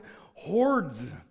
hordes